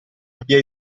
abbia